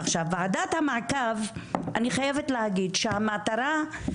עכשיו ועדת המעקב אני חייבת להגיד שהמטרה,